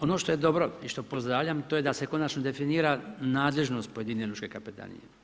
Ono što je dobro i što pozdravljam, a to je da se konačno definira nadležnost pojedine lučke kapetanije.